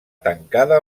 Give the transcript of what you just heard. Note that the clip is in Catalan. tancada